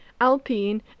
Alpine